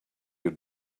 your